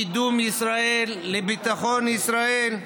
לקידום ישראל, לביטחון ישראל.